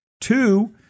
Two